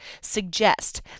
suggest